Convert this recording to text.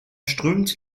strömt